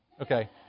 Okay